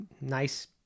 nice